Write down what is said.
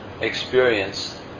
experience